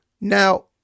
Now